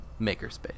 Makerspace